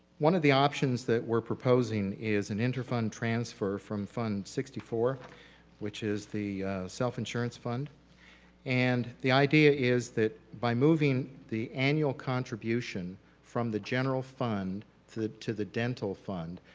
one of the options that we're proposing is an inter fund transfer from fund sixty four which is the self insurance fund and the idea is that by moving the annual contribution from the general fund to the dental fund,